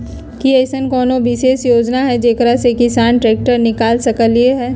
कि अईसन कोनो विशेष योजना हई जेकरा से किसान ट्रैक्टर निकाल सकलई ह?